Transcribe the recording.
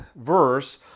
verse